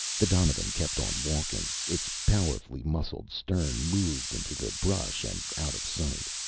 the donovan kept on walking. its powerfully muscled stern moved into the brush and out of sight.